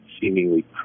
seemingly